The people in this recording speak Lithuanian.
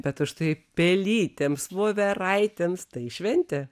bet užtai pelytėms voveraitėms tai šventė